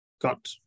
got